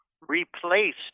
replaced